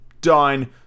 done